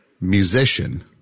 Musician